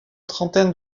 trentaine